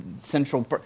central